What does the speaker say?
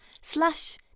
slash